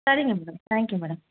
சரிங்க madam thank you madam